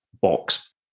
box